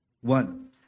One